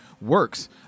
works